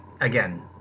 again